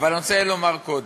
אבל אני רוצה לומר קודם: